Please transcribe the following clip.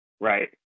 right